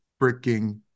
freaking